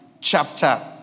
chapter